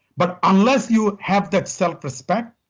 but, unless you have that self-respect,